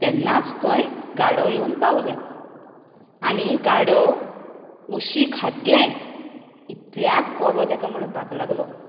तेन्नाच थंय गाडव येवन पावलें आनी गाडव उशीं खातलें इतल्यात कोलो तेका म्हणपाक लागलो